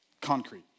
concrete